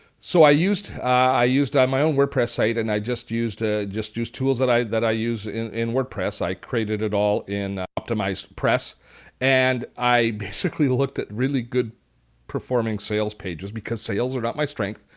so i used i used my own wordpress site and i just used ah just used tools that i that i used in in wordpress. i created it all in optimized press and i basically looked at really good performing sales pages because sales are not my strength.